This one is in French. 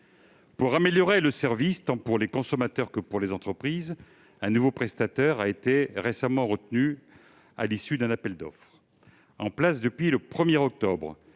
Pour améliorer le service tant pour les consommateurs que pour les entreprises, un nouveau prestataire a été récemment retenu à l'issue d'un appel d'offres. Mis en place depuis le 1 octobre